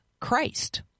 Christ